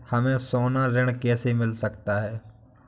हमें सोना ऋण कैसे मिल सकता है?